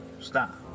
Stop